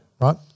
Right